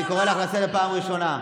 אני קורא אותך לסדר פעם ראשונה.